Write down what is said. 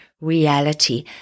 reality